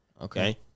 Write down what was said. Okay